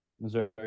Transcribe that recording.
Missouri